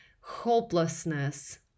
hopelessness